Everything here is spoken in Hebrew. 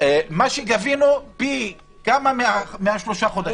מה שגבינו פי כמה מהשלושה חודשים.